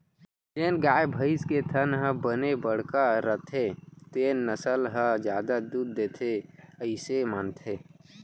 जेन गाय, भईंस के थन ह बने बड़का रथे तेन नसल ह जादा दूद देथे अइसे मानथें